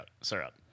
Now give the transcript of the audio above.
syrup